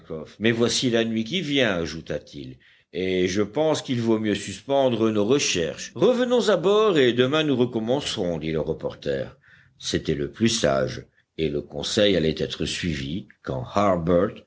mais voici la nuit qui vient ajouta-t-il et je pense qu'il vaut mieux suspendre nos recherches revenons à bord et demain nous recommencerons dit le reporter c'était le plus sage et le conseil allait être suivi quand harbert